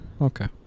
Okay